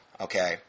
Okay